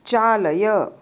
चालय